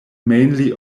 mainly